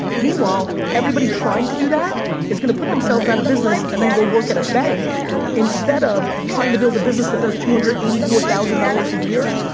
meanwhile, everybody trying to do that is going to put themselves out of business, and then go work at a bank instead of trying to build a business that does two hundred and eighty four thousand dollars a year,